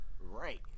Right